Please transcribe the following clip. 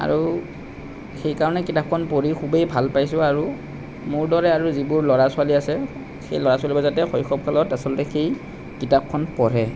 আৰু সেইকাৰণে কিতাপখন পঢ়ি খুবেই ভাল পাইছোঁ আৰু মোৰ দৰে আৰু যিবোৰ ল'ৰা ছোৱালী আছে সেই ল'ৰা ছোৱালীবোৰে যাতে শৈশৱ কালত আচলতে সেই কিতাপখন পঢ়ে